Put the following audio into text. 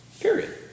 Period